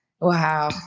Wow